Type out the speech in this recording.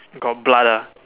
got blood ah